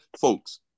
folks